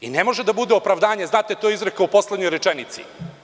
Ne može da bude opravdanje – to je izrekao u poslednjoj rečenici.